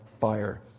fire